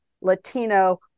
Latino